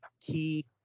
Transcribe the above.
key